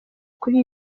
kuri